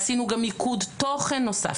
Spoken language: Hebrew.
עשינו גם מיקוד תוכן נוסף,